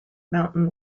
mountain